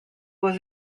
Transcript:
was